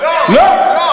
לא, לא.